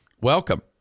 Welcome